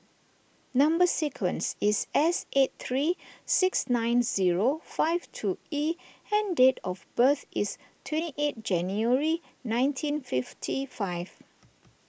Number Sequence is S eight three six nine zero five two E and date of birth is twenty eight January nineteen fifty five